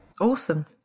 Awesome